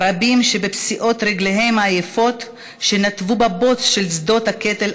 רבים שבפסיעות רגליהם העייפות שטבעו בבוץ של שדות הקטל